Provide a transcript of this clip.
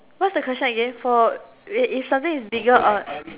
what's the question again for if is something is bigger or